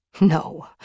No